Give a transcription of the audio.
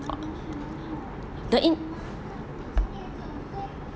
the in~